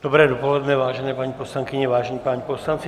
Dobré dopoledne, vážené paní poslankyně, vážení páni poslanci.